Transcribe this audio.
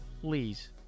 please